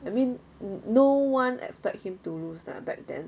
I mean no one expect him to lose lah back then